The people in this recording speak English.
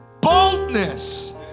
boldness